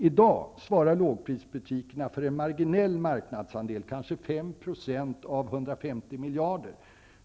I dag svarar lågprisbutikerna för en marginell marknadsandel, kanske 5 % av 150 miljarder.